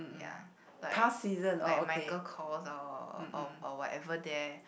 ya like like Micheal-Kors or whatever there